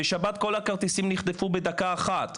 בשבת כל הכרטיסים נחטפו בדקה אחת,